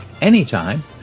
anytime